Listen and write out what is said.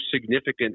significant